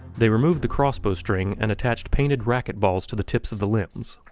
they removed the crossbow string and attached painted racquetballs to the tips of the limbs.